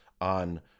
on